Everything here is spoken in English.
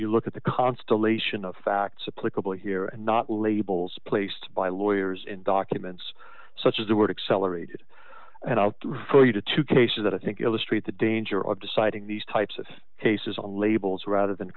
you look at the constellation of facts apply couple here and not labels placed by lawyers in documents such as the word accelerated and i'll refer you to two cases that i think illustrate the danger of deciding these types of cases on labels rather than